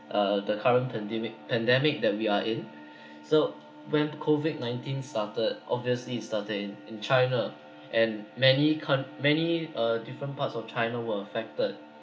uh the current pandemic pandemic that we are in so when COVID nineteen started obviously it started in in china and many coun~ many uh different parts of china were affected